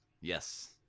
yes